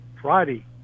friday